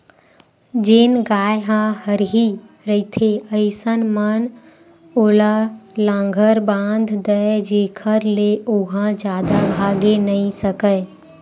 जेन गाय ह हरही रहिथे अइसन म ओला लांहगर बांध दय जेखर ले ओहा जादा भागे नइ सकय